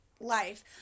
life